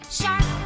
shark